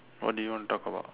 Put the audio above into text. what do you want to talk about